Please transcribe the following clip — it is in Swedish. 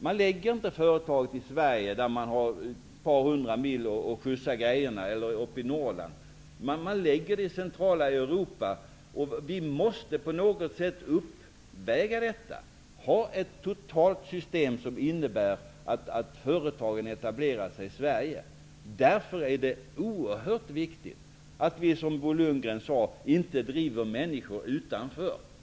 Man lägger inte företaget i Norrland, där man har ett par hundra mil att skjutsa grejerna -- man lägger det i centrala Europa. Vi måste på något sätt uppväga detta, ha ett totalt system som innebär att företagen etablerar sig i Sverige. Därför är det oerhört viktigt att vi, som Bo Lundgren sade, inte driver ut människor utanför Sveriges gränser.